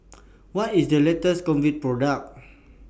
What IS The latest Convatec Product